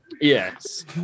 yes